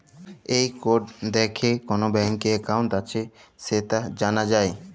এই কড দ্যাইখে কল ব্যাংকে একাউল্ট আছে সেট জালা যায়